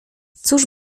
cóż